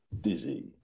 Dizzy